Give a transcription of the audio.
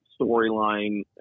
storyline –